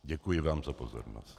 Děkuji vám za pozornost.